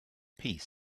piece